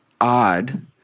odd